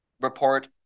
report